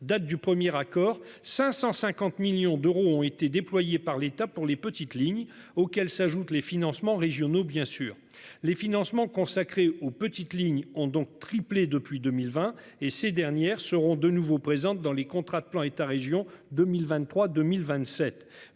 date du premier accord 550 millions d'euros ont été déployés par l'État pour les petites lignes auxquelles s'ajoutent les financements régionaux bien sûr les financements consacrés aux petites lignes ont donc triplé depuis 2020 et ces dernières seront de nouveau présentes dans les contrats de plan État-Région 2023 2027